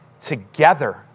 together